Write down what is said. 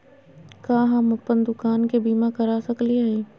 का हम अप्पन दुकान के बीमा करा सकली हई?